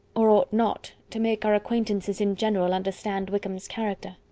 or ought not, to make our acquaintances in general understand wickham's character.